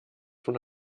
von